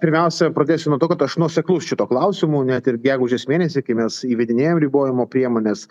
pirmiausia pradėsiu nuo to kad aš nuoseklus šituo klausimu net ir gegužės mėnesį kai mes įvedinėjom ribojimo priemones